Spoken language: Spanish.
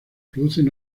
producen